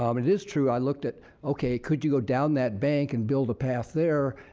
um and it's true i looked at okay could you go down that bank and build a path there.